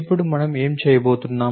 ఇప్పుడు మనం ఏమి చేయబోతున్నాం